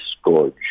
scourge